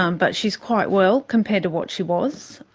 um but she is quite well compared to what she was,